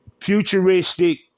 Futuristic